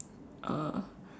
uh